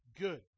good